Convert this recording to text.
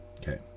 okay